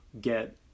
get